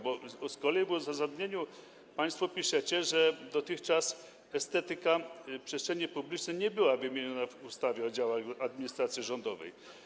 Bo z kolei w uzasadnieniu państwo piszecie, że dotychczas estetyka przestrzeni publicznej nie była wymieniona w ustawie o działach administracji rządowej.